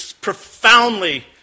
profoundly